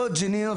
לא ג'נין,